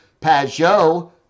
Pajot